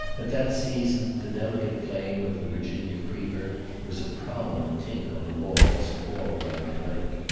at that season the delicate flame of the virginia-creeper was a prominent tint on the walls all round the lake.